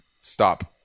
stop